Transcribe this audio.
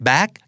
Back